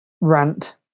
rant